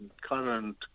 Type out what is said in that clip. current